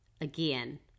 Again